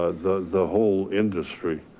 ah the the whole industry.